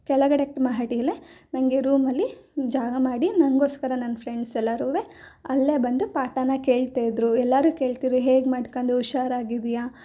ಕೆಳಗಡೆ ಮಹಡಿಯಲ್ಲೆ ನನಗೆ ರೂಮಲ್ಲಿ ಜಾಗ ಮಾಡಿ ನನಗೋಸ್ಕರ ನನ್ನ ಫ್ರೆಂಡ್ಸ್ ಎಲ್ಲರೂ ಅಲ್ಲೇ ಬಂದು ಪಾಠಾನ ಕೇಳ್ತಾಯಿದ್ದರು ಎಲ್ಲರೂ ಕೇಳ್ತಿದ್ರು ಹೇಗೆ ಮಾಡ್ಕೊಂಡು ಹುಷಾರಾಗಿದ್ದೀಯಾ